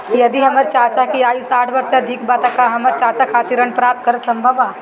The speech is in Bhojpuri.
यदि हमर चाचा की आयु साठ वर्ष से अधिक बा त का हमर चाचा खातिर ऋण प्राप्त करल संभव बा